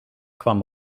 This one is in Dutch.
kwam